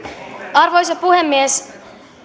arvoisa puhemies minä